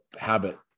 habit